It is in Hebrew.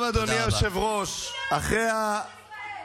הנזק שעשית למשטרה ולשב"ס יילמד, בושה.